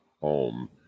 home